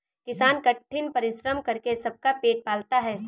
किसान कठिन परिश्रम करके सबका पेट पालता है